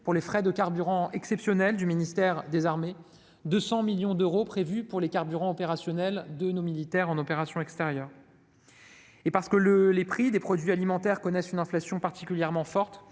pour les frais de carburant exceptionnels du ministère des armées : 200 millions d'euros sont ainsi débloqués pour nos militaires en opérations extérieures. Parce que les prix des produits alimentaires connaissent une inflation particulièrement forte,